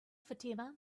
fatima